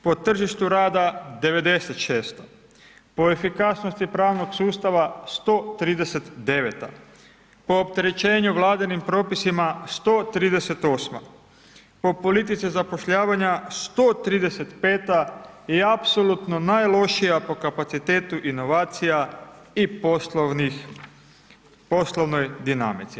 Po tržištu rada 96-ta, po efikasnosti pravnog sustava 139-ta, po opterećenju Vladinim propisima 138-ma, po politici zapošljavanja 135-ta i apsolutno najlošija po kapacitetu inovacija i poslovnoj dinamici.